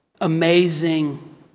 amazing